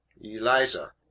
Eliza